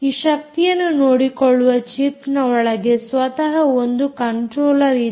ಈ ಶಕ್ತಿಯನ್ನು ನೋಡಿಕೊಳ್ಳುವ ಚಿಪ್ನ ಒಳಗೆ ಸ್ವತಃ ಒಂದು ಕಂಟ್ರೋಲ್ಲರ್ ಇದೆ